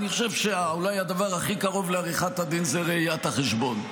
אני חושב שאולי הדבר הכי קרוב לעריכת הדין זה ראיית החשבון.